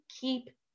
keep